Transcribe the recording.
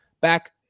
back